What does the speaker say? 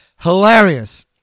hilarious